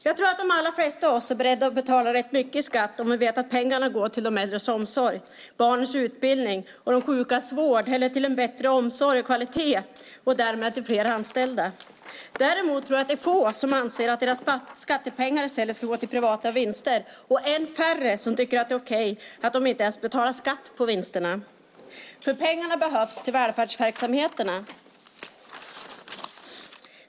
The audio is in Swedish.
Jag tror att de allra flesta av oss är beredda att betala rätt mycket i skatt om vi vet att pengarna går till de äldres omsorg, barnens utbildning, de sjukas vård eller till en bättre omsorg och kvalitet och därmed till fler anställda. Däremot tror jag att det är få som anser att deras skattepengar i stället ska gå till privata vinster och än färre som tycker att det är okej att de inte ens betalar skatt på vinsterna, för pengarna behövs till välfärdsverksamheterna.